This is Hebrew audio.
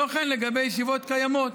לא כן לגבי ישיבות קיימות,